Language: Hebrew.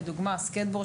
לדוגמה: סקטבורד,